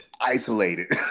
isolated